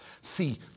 See